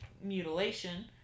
mutilation